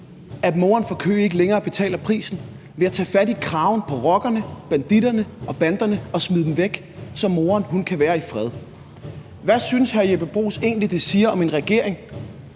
at moren fra Køge ikke længere betaler prisen ved at tage fat i kraven på rockerne, banditterne og banderne og smide dem væk, så moren kan være i fred. Hvad synes hr. Jeppe Bruus egentlig, det siger om en regering,